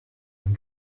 and